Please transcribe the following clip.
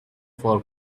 for